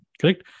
Correct